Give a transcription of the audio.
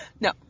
No